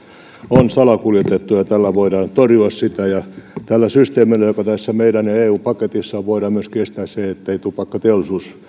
on salakuljetettuja tällä voidaan torjua sitä tällä systeemillä joka tässä meidän eu paketissamme on voidaan myöskin estää se että tupakkateollisuus